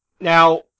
now